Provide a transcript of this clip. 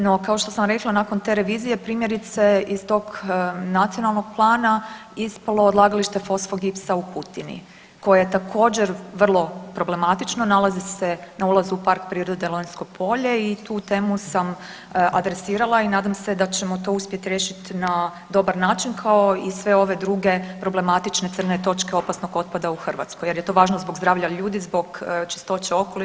No kao što sam rekla nakon te revizije primjerice iz tog nacionalnog plana ispalo odlagalište fosfogipsa u Kutini koje je također vrlo problematično, nalazi se na ulazu u PP Lonjsko Polje i tu temu sam adresirala i nadam se da ćemo to uspjet riješit na dobar način, kao i sve ove druge problematične crne točke opasnog otpada u Hrvatskoj jer je to važno zbog zdravlja ljudi, zbog čistoće okoliša i zbog sveg drugog.